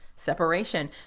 separation